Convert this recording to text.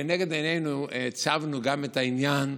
לנגד עינינו הצבנו גם את העניין: